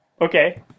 Okay